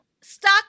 Stuck